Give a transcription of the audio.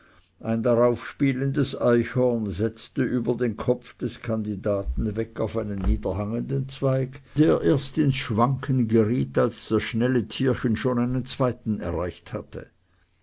ein darauf spielendes eichhorn setzte über den kopf des kandidaten weg auf einen niederhangenden zweig der erst ins schwanken geriet als das schnelle tierchen schon einen zweiten erreicht hatte